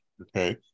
Okay